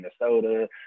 Minnesota